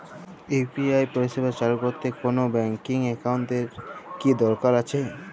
UPI পরিষেবা চালু করতে কোন ব্যকিং একাউন্ট এর কি দরকার আছে?